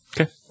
Okay